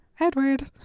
Edward